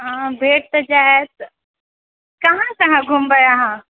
हँ भेट जाइत कहाँ से अहाँ घुमबे अहाँ